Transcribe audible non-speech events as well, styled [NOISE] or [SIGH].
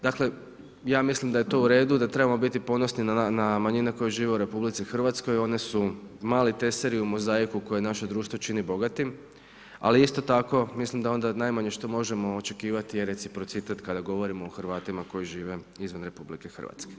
Dakle, ja mislim da je to u redu, da trebamo biti ponosni na manjine koje žive u RH, oni su mali ... [UNINTELLIGIBLE] u mozaiku koje naše društvo čini bogatim, ali isto tako mislim da onda najmanje što možemo očekivati je reciprocitet kada govorimo o Hrvatima koji žive izvan RH.